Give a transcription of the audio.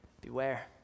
beware